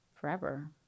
forever